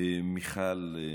מיכל,